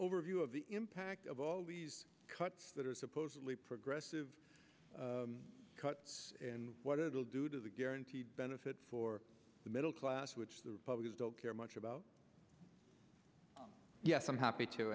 overview of the impact of all these cuts that are supposedly progressive cut and what it will do to the guaranteed benefit for the middle class which the republicans don't care much about yes i'm happy to